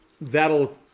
that'll